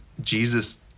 Jesus